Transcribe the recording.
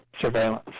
Surveillance